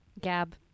Gab